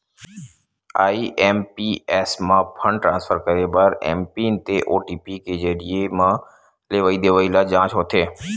IMPS म fund transfer करे बर एमपिन ते ओ.टी.पी के जरिए म लेवइ देवइ ल जांचना होथे